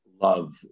love